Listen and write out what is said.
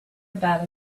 about